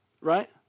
right